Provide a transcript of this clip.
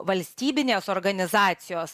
valstybinės organizacijos